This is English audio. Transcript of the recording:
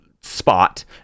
spot